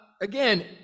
again